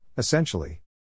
Essentially